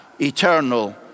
eternal